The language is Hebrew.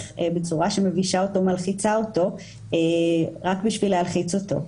בצורה שמבישה אותו או מלחיצה אותו רק בשביל להלחיץ אותו.